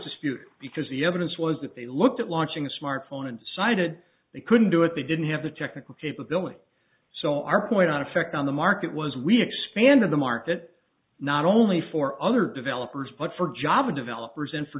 disputed because the evidence was that they looked at launching a smartphone and cited they couldn't do it they didn't have the technical capability so our point on effect on the market was we expanded the market not only for other developers but for java developers and for